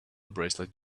bracelet